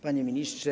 Panie Ministrze!